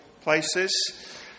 places